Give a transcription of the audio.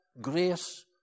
grace